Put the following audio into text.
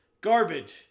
Garbage